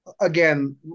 Again